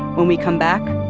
when we come back,